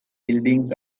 buildings